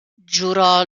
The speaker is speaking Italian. giurò